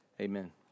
amen